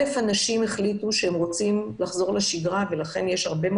אנשים החליטו שהם רוצים לחזור לשגרה והם כלל לא